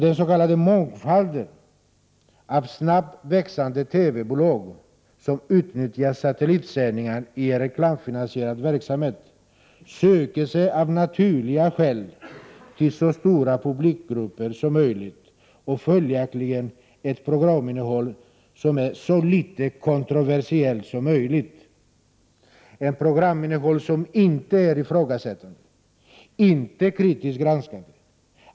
Den s.k. mångfald av snabbt växande TV-bolag som utnyttjar satellitsändningar i en reklamfinansierad verksamhet söker sig av naturliga skäl till så stora publikgrupper som möjligt. Dessa sändningar har följaktligen ett programinnehåll som är så litet kontroversiellt som möjligt, som inte är ifrågasättande och inte kritiskt granskande.